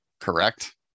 Correct